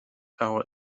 power